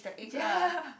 ya